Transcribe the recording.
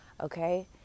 okay